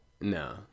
no